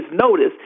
notice